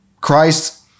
Christ